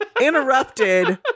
interrupted